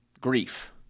grief